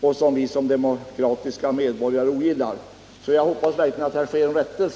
och vi som medborgare ogillar bojkotten, som från arabländernas sida innebär att de svenska företagen inte får handla med arabländerna om de handlar med Israel. Jag hoppas verkligen att det sker en rättelse!